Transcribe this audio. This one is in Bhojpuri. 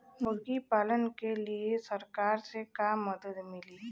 मुर्गी पालन के लीए सरकार से का मदद मिली?